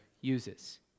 uses